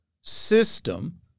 system